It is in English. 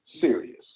Serious